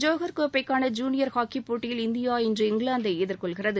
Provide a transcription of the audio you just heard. Johor கோப்பைக்கான junior ஹாக்கிப் போட்டியில் இந்தியா இன்று இங்கிலாந்தை எதிர்கொள்கிறது